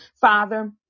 Father